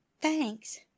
Thanks